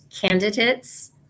candidates